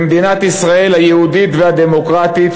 במדינת ישראל היהודית והדמוקרטית,